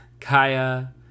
Kaya